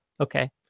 okay